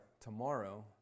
tomorrow